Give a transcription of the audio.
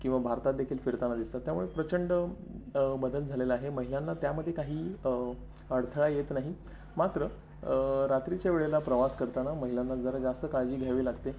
किंवा भारतात देखील फिरताना दिसतात त्यामुळे प्रचंड बदल झालेला आहे महिलांना त्यामध्ये काही अडथळा येत नाही मात्र रात्रीच्या वेळेला प्रवास करताना महिलांना जरा जास्त काळजी घ्यावी लागते